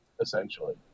essentially